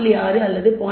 6 அல்லது 0